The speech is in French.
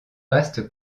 vaste